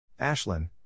Ashlyn